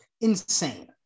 insane